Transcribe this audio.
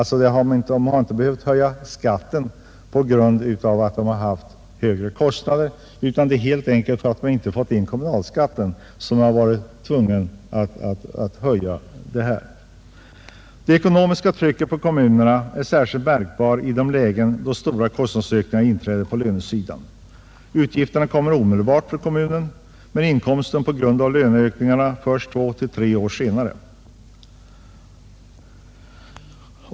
Kommunen hade inte behövt höja utdebiteringen på grund av att den haft högre kostnader utan därför att den inte fått in skattemedel. Det ekonomiska trycket på kommunerna är särskilt märkbart i de lägen då stora kostnadsökningar inträder på lönesidan. Utgifterna kommer omedelbart för kommunen men inkomsten på grund av löneökningarna först två till tre år senare.